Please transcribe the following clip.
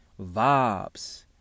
vibes